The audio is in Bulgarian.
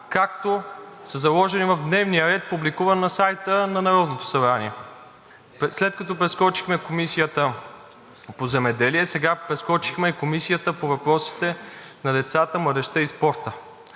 както са заложени в дневния ред, публикуван на сайта на Народното събрание? След като прескочихме Комисията по земеделие, сега прескочихме Комисията по въпросите на децата, младежта и спорта.